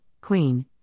queen